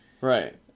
Right